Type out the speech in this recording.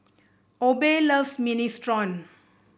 Obe loves Minestrone